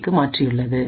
க்கு மாற்றியுள்ளது